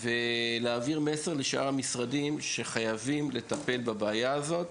ולהעביר לשאר המשרדים מסר שחייבים לטפל בבעיה הזאת.